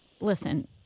Listen